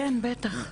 בטח.